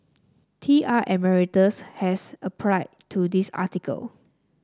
T R Emeritus has to this article